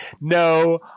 no